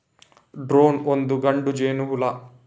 drone ಒಂದು ಗಂಡು ಜೇನುಹುಳು